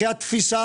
אחרי התפיסה